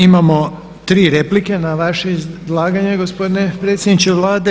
Imamo 3 replike na vaše izlaganje gospodine predsjedniče Vlade.